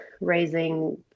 raising